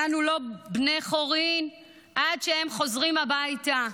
אנו לא בני חורין עד שהם חוזרים הביתה.